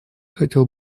хотел